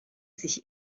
sich